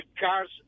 cars